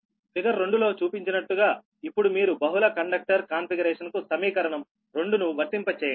figure 2 లో చూపించినట్టుగా ఇప్పుడు మీరు బహుళ కండక్టర్ కాన్ఫిగరేషన్కు సమీకరణం 2 ను వర్తింపచేయండి